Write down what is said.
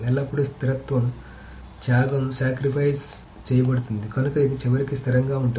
ఎల్లప్పుడూ స్థిరత్వం త్యాగం చేయబడుతుంది కనుక ఇది చివరికి స్థిరంగా ఉంటుంది